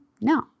No